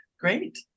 great